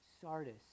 Sardis